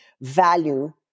value